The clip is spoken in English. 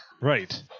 Right